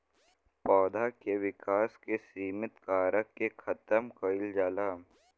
पौधा के विकास के सिमित कारक के खतम कईल जाला